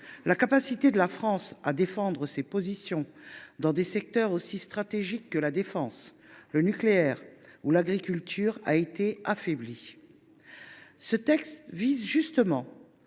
la capacité de la France à défendre ses positions dans des secteurs aussi stratégiques que la défense, le nucléaire ou l’agriculture a été affaiblie. Ce texte vise justement,